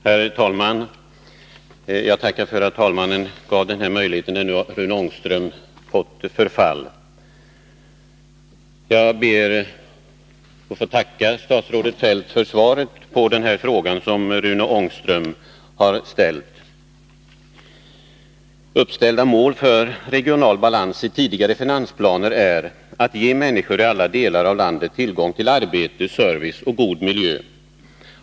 Herr talman! Jag tackar för att herr talmannen gav mig denna möjlighet när Rune Ångström nu har fått förfall. Jag ber att få tacka statsrådet för svaret på den fråga som Rune Ångström har ställt. Uppsatta mål för regional balans i tidigare finansplaner är att ge människor i alla delar av landet tillgång till arbete, till service och till god miljö.